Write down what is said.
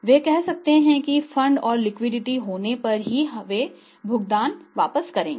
वे कह सकते हैं कि फंड और लिक्विडिटी होने पर ही वे आपको भुगतान वापस करेंगे